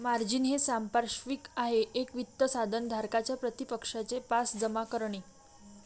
margin हे सांपार्श्विक आहे एक वित्त साधन धारकाच्या प्रतिपक्षाचे पास जमा करणे